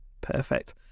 Perfect